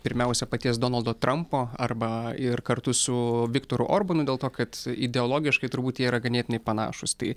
pirmiausia paties donaldo trampo arba ir kartu su viktoru orbanu dėl to kad ideologiškai turbūt jie yra ganėtinai panašūs tai